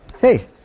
Hey